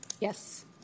Yes